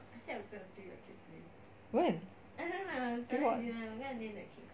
when steal what